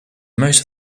most